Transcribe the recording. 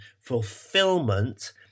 fulfillment